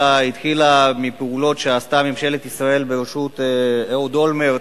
אלא התחילה מפעולות שעשתה ממשלת ישראל בראשות אהוד אולמרט,